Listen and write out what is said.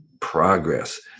progress